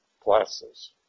classes